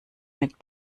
mit